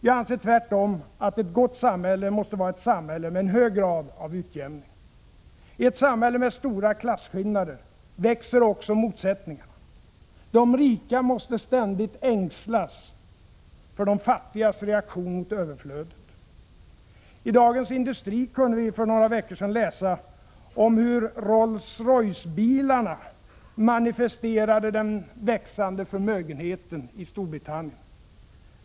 Jag anser tvärtom att ett gott samhälle måste vara ett samhälle med en hög grad av utjämning. I ett samhälle med stora klasskillnader växer också motsättningarna. De rika måste ständigt ängslas för de fattigas reaktion mot överflödet. I Dagens Industri kunde vi för några veckor sedan läsa om hur Rolls Royce-bilarna manifesterade den växande förmögenheten i Storbritannien.